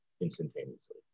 instantaneously